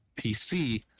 PC